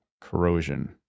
corrosion